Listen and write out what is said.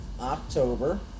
October